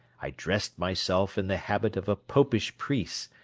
i dressed myself in the habit of a popish priest,